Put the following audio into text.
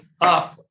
up